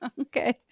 Okay